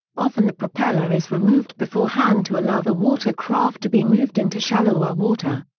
often the propeller is removed beforehand to allow the water-craft to be moved into shallower water.